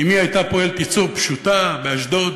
אמי הייתה פועלת ייצור פשוטה באשדוד,